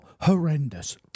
horrendous